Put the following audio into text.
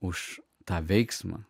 už tą veiksmą